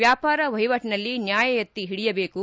ವ್ಯಾಪಾರ ವಹಿವಾಟನಲ್ಲಿ ನ್ಯಾಯ ಎತ್ತಿ ಹಿಡಿಯಬೇಕು